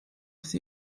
sie